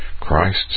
Christ's